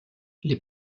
les